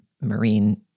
marine